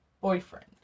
boyfriend